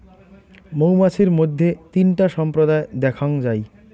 মৌমাছির মইধ্যে তিনটা সম্প্রদায় দ্যাখাঙ যাই